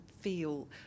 feel